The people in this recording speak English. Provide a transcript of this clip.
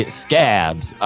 scabs